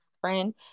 Friend